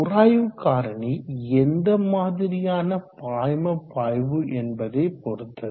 உராய்வு காரணி எந்த மாதிரியான பாய்ம பாய்வு என்பதை பொறுத்தது